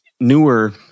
newer